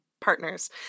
partners